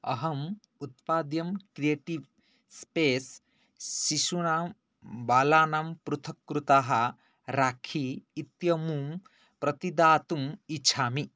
अहम् उत्पाद्यं creative space शिशुणां बालानां पृथक्कृताः राखि इत्यमुं प्रतिदातुम् इच्छामि